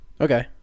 Okay